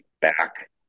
back